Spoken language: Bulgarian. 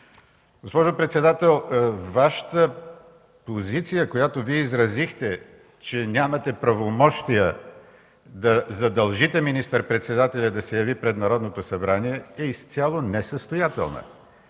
Госпожо председател, Вашата позиция, която изразихте, че нямате правомощия да задължите министър-председателя да се яви пред Народното събрание, е изцяло несъстоятелна.